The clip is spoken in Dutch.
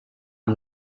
een